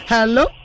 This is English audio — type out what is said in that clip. Hello